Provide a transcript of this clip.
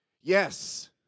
Yes